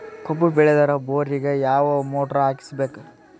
ಕಬ್ಬು ಬೇಳದರ್ ಬೋರಿಗ ಯಾವ ಮೋಟ್ರ ಹಾಕಿಸಬೇಕು?